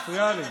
את מפריעה לי.